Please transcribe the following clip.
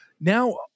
now